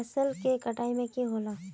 फसल के कटाई में की होला?